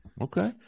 Okay